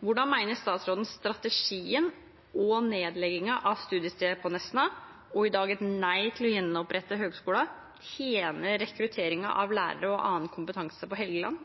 Hvordan mener statsråden strategien og nedleggingen av studiestedet på Nesna – og i dag et nei til å gjenopprette høgskolen – tjener rekrutteringen av lærere og annen kompetanse på Helgeland,